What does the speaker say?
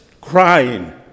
crying